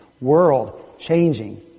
world-changing